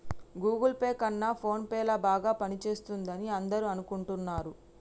Google Pay కన్నా PhonePe ల బాగా పనిచేస్తుందని అందరూ అనుకుంటున్నారు